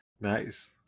Nice